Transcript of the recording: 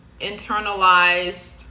internalized